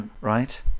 right